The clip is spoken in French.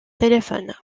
téléphone